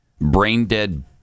brain-dead